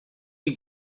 you